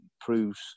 proves